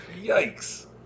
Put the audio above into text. Yikes